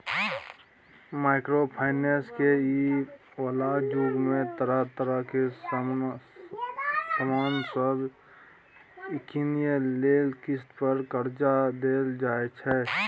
micro finance के इ बला जुग में तरह तरह के सामान सब कीनइ लेल किस्त पर कर्जा देल जाइ छै